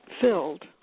Filled